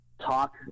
talk